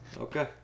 Okay